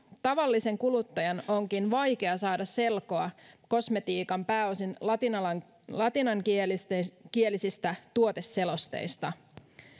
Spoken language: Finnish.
tavallisen kuluttajan onkin vaikea saada selkoa kosmetiikan pääosin latinankielisistä latinankielisistä tuoteselosteista